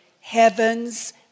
heaven's